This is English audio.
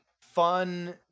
fun